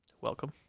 welcome